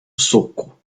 soco